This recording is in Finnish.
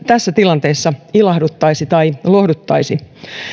tässä tilanteessa ilahduttaisi tai lohduttaisi